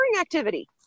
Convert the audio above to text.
activity